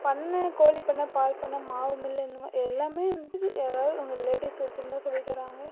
பண்ணை கோழிப் பண்ணை பால் பண்ணை மாவு மில்லு இந்தமாதிரி எல்லாமே வந்து யாராவது அவங்க லேடிஸ் வச்சுருந்தா சொல்லித்தராங்க